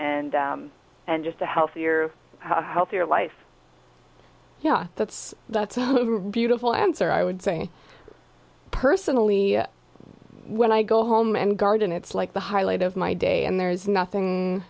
and just a healthier healthier life that's that's a beautiful answer i would say personally when i go home and garden it's like the highlight of my day and there's nothing